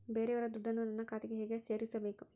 ಬೇರೆಯವರ ದುಡ್ಡನ್ನು ನನ್ನ ಖಾತೆಗೆ ಹೇಗೆ ಸೇರಿಸಬೇಕು?